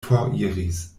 foriris